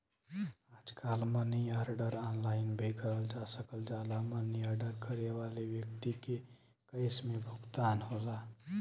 आजकल money order online भी करल जा सकल जाला मनी आर्डर करे वाले व्यक्ति के कैश में भुगतान होला